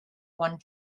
one